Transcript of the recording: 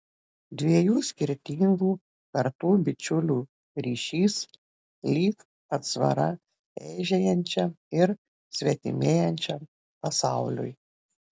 dviejų skirtingų kartų bičiulių ryšys lyg atsvara eižėjančiam ir svetimėjančiam pasauliui